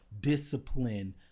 discipline